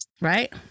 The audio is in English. right